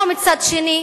או מצד שני,